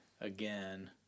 again